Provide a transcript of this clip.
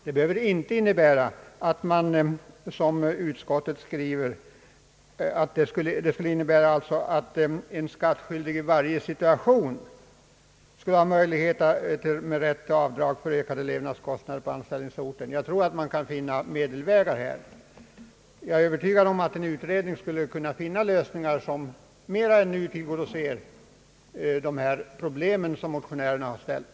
Det behöver inte innebära att en skattskyldig, som utskottet skriver, »i varje situation skulle ha möjlighet att — med rätt till avdrag för ökade levnadskostnader på anställningsorten — ta ett arbete på annan ort än den där familjen bor». Jag tror att man kan finna medelvägar här, och jag är övertygad om att en utredning skulle finna lösningar som bättre än nu tillgodoser de krav motionärerna har ställt.